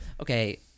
Okay